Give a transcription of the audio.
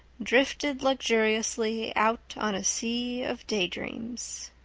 drifted luxuriously out on a sea of daydreams.